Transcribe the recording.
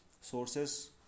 sources